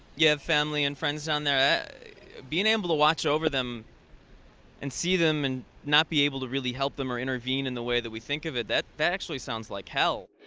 you have family and friends down there ah being able to watch over them and see them and not be able to really help them or intervene in the way that we think of it that that actually sounds like hell.